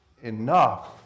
enough